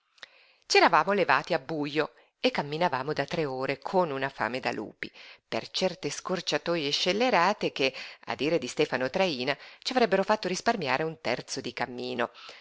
eravamo levati a bujo e camminavamo da tre ore con una fame da lupi per certe scorciatoje scellerate che a dire di stefano traína ci avrebbero fatto risparmiare un terzo di cammino